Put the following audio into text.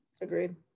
agreed